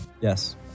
Yes